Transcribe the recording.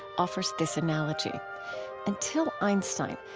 offers this analogy until einstein,